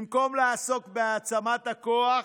במקום לעסוק בהעצמת הכוח